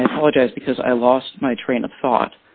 and i apologize because i lost my train of thought